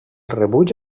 rebuig